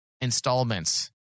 Installments